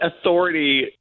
authority